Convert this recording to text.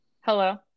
Hello